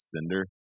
Cinder